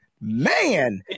Man